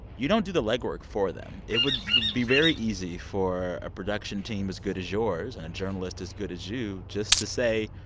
you don't do the legwork for them. it would be very easy for a production team as good as yours and a journalist as good as you just to say,